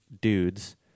dudes